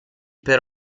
per